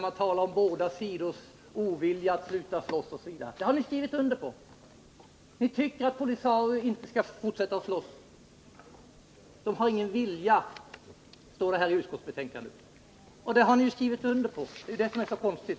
Man talar om båda sidors ovilja att sluta att slåss, osv. Ni tycker att POLISARIO inte skall fortsätta att slåss. POLISARIO har ingen vilja, står det i utskottsbetänkandet. Det har ni skrivit under, och det är det som är så konstigt.